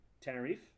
Tenerife